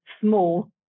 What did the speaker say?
small